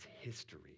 history